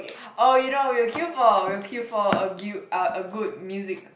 oh you know we will queue for we will queue for a gu~ uh a good music